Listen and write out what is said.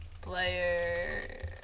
Player